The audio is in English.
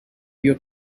your